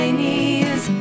knees